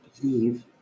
believe